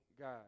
God